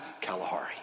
Kalahari